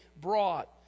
brought